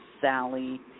Sally